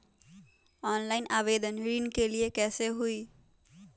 Online आवेदन ऋन के लिए कैसे हुई?